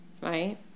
right